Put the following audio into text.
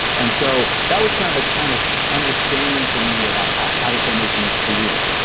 and so that was kind of the kind of understanding for me about how habit formation is created.